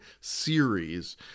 series